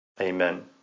Amen